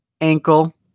Ankle